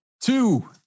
two